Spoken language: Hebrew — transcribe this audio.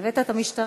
הבאת את המשטרה?